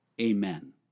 Amen